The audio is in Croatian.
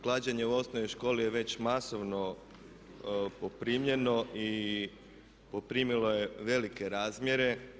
Klađenje u osnovnoj školi je već masovno poprimljeno i poprimilo je velike razmjere.